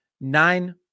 Nine